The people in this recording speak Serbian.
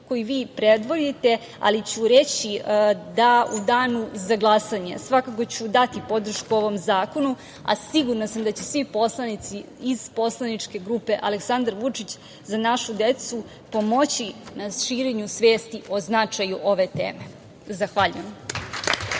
koji vi predvodite, ali ću reći da ću u danu za glasanje svakako dati podršku ovom Zakonu, a sigurna sam da će svi poslanici iz poslaničke grupe Aleksandar Vučić – Za našu decu pomoći na širenju svesti o značaju ove teme. Zahvaljujem.